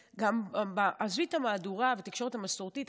עזבי את המהדורה והתקשורת המסורתית.